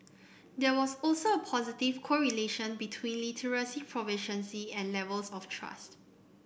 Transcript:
there was also a positive correlation between literacy proficiency and levels of trust